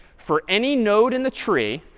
for any node in the tree,